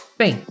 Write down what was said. bem